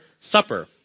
Supper